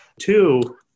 two